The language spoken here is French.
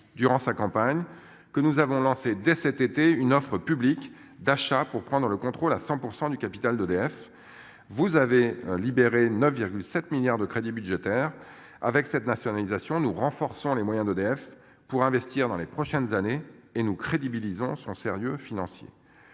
durant sa campagne que nous avons lancé dès cet été, une offre publique d'achat pour prendre le contrôle à 100% du capital d'EDF. Vous avez libéré 9,7 milliards de crédits budgétaires avec cette nationalisation nous renforçons les moyens d'EDF pour investir dans les prochaines années et nous crédibilisent son sérieux financier.